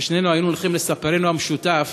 ששנינו היינו הולכים לספרנו המשותף,